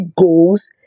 goals